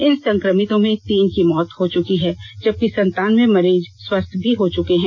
इन संक्रमितों में तीन की मौत हो चुकी है जबकि संतान्वे मरीज स्वस्थ भी हो चुके हैं